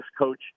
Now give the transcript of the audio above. coach